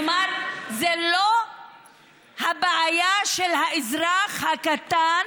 כלומר, זו לא הבעיה של האזרח הקטן,